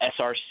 SRC